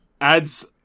adds